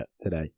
today